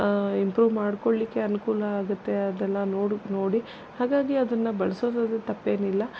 improve ಮಾಡಿಕೊಳ್ಳಿಕ್ಕೆ ಅನುಕೂಲ ಆಗತ್ತೆ ಅದೆಲ್ಲ ನೋಡಿ ನೋಡಿ ಹಾಗಾಗಿ ಅದನ್ನು ಬಳ್ಸೋದಾದ್ರೂ ತಪ್ಪೇನಿಲ್ಲ